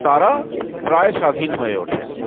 তাঁরা প্রায় স্বাধীন হয়ে ওঠেন